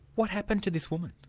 what happened to this woman?